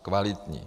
Kvalitní.